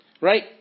Right